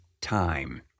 time